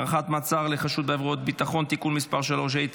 (הארכת מעצר לחשוד בעבירת ביטחון) (תיקון מס' 3),